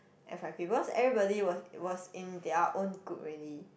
f_y_p because everybody was was in their own group already